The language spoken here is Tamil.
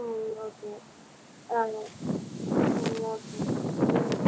ம் ஓகே ஆ ம் ஓகே ம்